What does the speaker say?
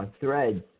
threads